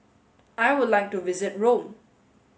I would like to visit Rome